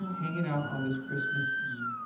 hanging out on this christmas eve.